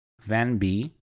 VAN-B